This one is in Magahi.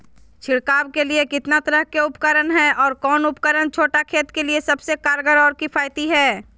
छिड़काव के लिए कितना तरह के उपकरण है और कौन उपकरण छोटा खेत के लिए सबसे कारगर और किफायती है?